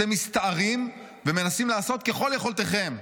אתם מסתערים ומנסים לעשות ככל יכולתכם.